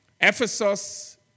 Ephesus